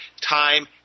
Time